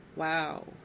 wow